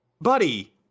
buddy